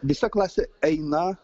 visa klasė eina